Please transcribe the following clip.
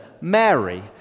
Mary